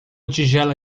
tigela